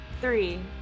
Three